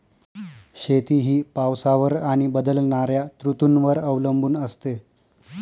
शेती ही पावसावर आणि बदलणाऱ्या ऋतूंवर अवलंबून असते